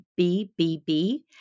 BBB